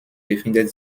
befindet